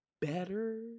better